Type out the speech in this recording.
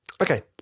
Okay